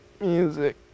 music